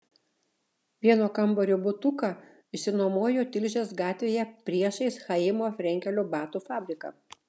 vieno kambario butuką išsinuomojo tilžės gatvėje priešais chaimo frenkelio batų fabriką